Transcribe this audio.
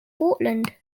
portland